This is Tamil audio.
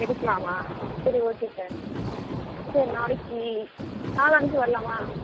எடுக்கலாமா சரி ஓகே சார் சரி நாளைக்கி நாளானைக்கு வரலாமா